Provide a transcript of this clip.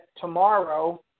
tomorrow